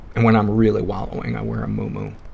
and when i'm really wallowing, i wear a moo-moo,